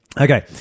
Okay